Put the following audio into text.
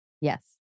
Yes